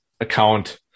account